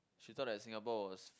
should thought that Singapore was